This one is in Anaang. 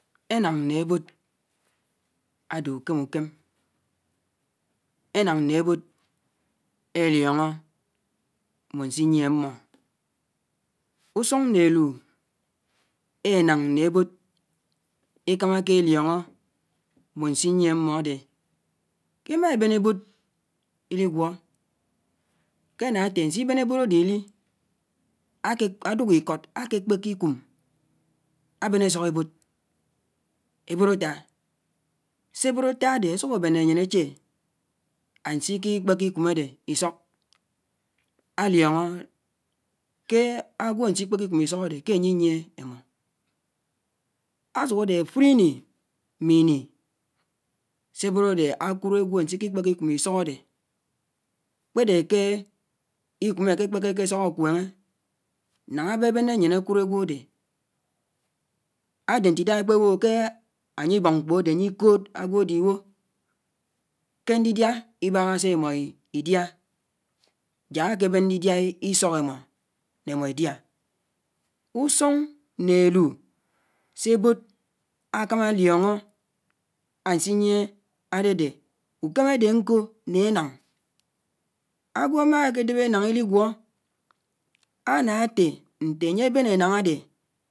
Énáñ né ěbòd, ádé ùkém ùkém, énán né ébòd élióñó mbòn siyié ámmó, ùsùñ né élù énáñ né ébòd, ékáméké élióñó mbòn siyié ámmó ádé ké émá ébén ébòd ílígwó kénáté ánsíbén ébòd ádé ilí ádúk íkód ákékpéké íkùm ábén àsók ébòd, ébòd átá, sé ébòd átá ádé ásùk ábéné ányén áché ánsiki kpeke ikùm ádé isók, áliónó ké ágwò ánsí kpéké íkùn ísok adé ké anyé iyíé émó, ásùk ádé áfùd íní mí íní sé ébòd ádé ákùd ágwò nsiki kpéké ikùm isók ádé kpédé ké ikùm ékě kpeke ésók ákwéñé, náná ábébéné ányin akùd ágwòdé ádé ntidá ékpèwò kéé ányibén mkpò adé ányí kòd ágwòdé íwò kéñdicliá ibáhá sé émó idiá, ják ákébén ñdichia isok émó ná émó ídíá, ùsùn né élù sé ébòd ákámá álioñó ánsiyie, ádédé, ùkém ádé nkò né énáñ. Ágwò ámá kédeb énáñ íligwó, ánáté ñtéyé ábén énáñ ádé.